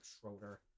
schroeder